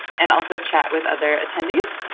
and also chat with other attendees,